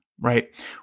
right